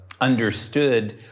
understood